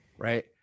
Right